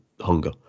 hunger